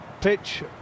Pitch